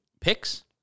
picks